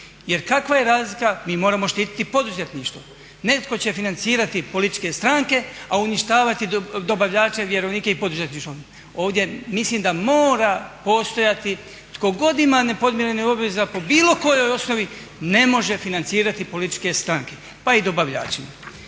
Jer kakva je razlika, mi moramo štititi poduzetništvo, netko će financirati političke stranke, a uništavati dobavljače, vjerovnike i poduzetništvo. Ovdje mislim da mora postojati tko god ima nepodmirenih obveza po bilo kojoj osnovi ne može financirati političke stranke pa i dobavljači.